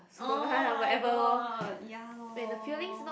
oh-my-god ya lor